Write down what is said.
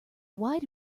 wide